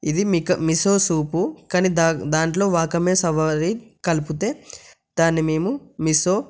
ఇది మిక మిస్సోపు కానీ దాంట్లో వాకమే సవారీ కలిపితే దాన్ని మేము మిసో